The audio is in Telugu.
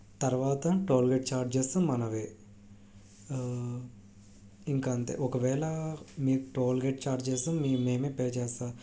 తర్వాత టోల్గేట్ ఛార్జెసు మనవే ఇంక అంతే ఒకవేళ మీ టోల్గేట్ ఛార్జెస్ మేమే పే చేస్తాము